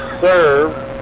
serve